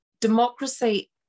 democracy